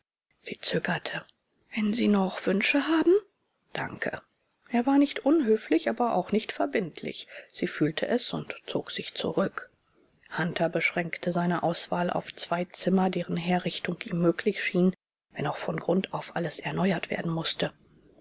sie zögerte wenn sie noch wünsche haben danke er war nicht unhöflich aber auch nicht verbindlich sie fühlte es und zog sich zurück hunter beschränkte seine auswahl auf zwei zimmer deren herrichtung ihm möglich schien wenn auch von grund auf alles erneuert werden mußte